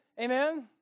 Amen